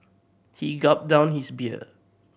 he gulped down his beer